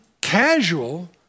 casual